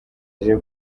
aje